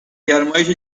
گرمایش